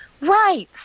Right